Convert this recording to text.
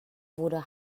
wurde